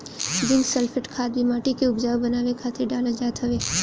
zinc sulphate खाद भी माटी के उपजाऊ बनावे खातिर डालल जात हवे